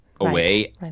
away